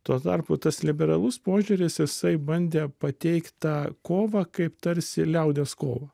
tuo tarpu tas liberalus požiūris jisai bandė pateikt tą kovą kaip tarsi liaudies kovą